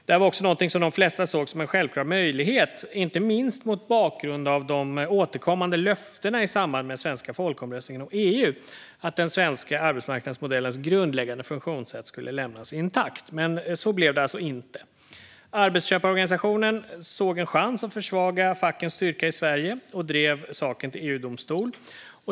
Det här var även någonting som de flesta såg som en självklar möjlighet, inte minst mot bakgrund av de återkommande löftena i samband med den svenska folkomröstningen om EU, att den svenska arbetsmarknadsmodellens grundläggande funktionssätt skulle lämnas intakt. Men så blev det alltså inte. Arbetsköparorganisationen såg en chans att försvaga fackens styrka i Sverige och drev saken till EU-domstolen.